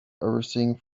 everything